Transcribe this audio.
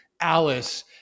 Alice